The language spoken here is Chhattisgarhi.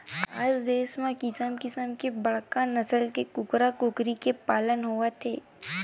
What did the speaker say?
आज देस म किसम किसम के बड़का नसल के कूकरा कुकरी के पालन होवत हे